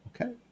Okay